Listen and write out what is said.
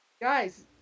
guys